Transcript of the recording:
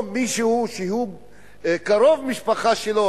או מישהו שהוא קרוב משפחה שלו,